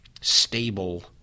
stable